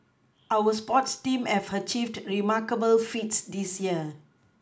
our sports teams have achieved remarkable feats this year